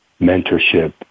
mentorship